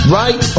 right